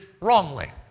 wrongly